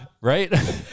Right